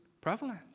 prevalent